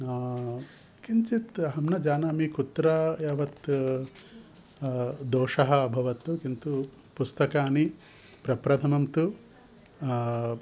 किञ्चित् अहं न जानामि कुत्र यावत् दोषः अभवत् किन्तु पुस्तकानि प्रप्रथमं तु